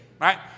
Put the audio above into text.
Right